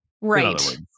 Right